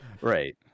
right